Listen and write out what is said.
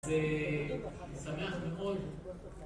זה משמח מאוד